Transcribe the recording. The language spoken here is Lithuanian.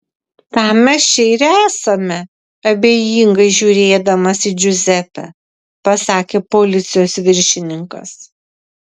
tam mes čia ir esame abejingai žiūrėdamas į džiuzepę pasakė policijos viršininkas